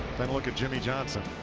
then look at jimmie johnson.